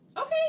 okay